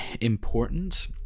important